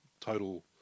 total